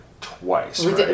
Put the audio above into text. Twice